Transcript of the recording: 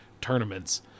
tournaments